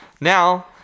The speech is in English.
Now